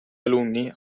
alunni